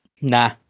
Nah